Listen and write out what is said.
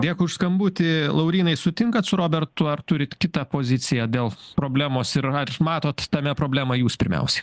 dėkui už skambutį laurynai sutinkat su robertu ar turit kitą poziciją dėl problemos ir nar matot tame problemą jūs pirmiausiai